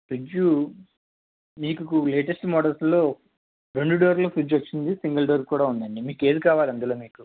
fridge మీకు latest మోడల్స్లో రెండు డోర్ల ఫ్రిజ్ వచ్చింది సింగల్ డోర్ కూడా ఉందండి మీకేది కావాలి అందులో మీకు